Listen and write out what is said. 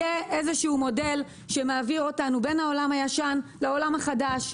יהיה איזשהו מודל שמעביר אותנו בין העולם הישן לעולם החדש,